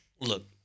look